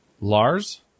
Lars